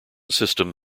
system